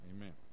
Amen